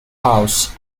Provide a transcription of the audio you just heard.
house